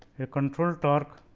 a control torque